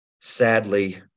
sadly